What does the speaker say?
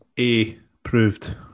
A-proved